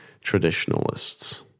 traditionalists